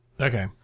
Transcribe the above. Okay